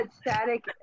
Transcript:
static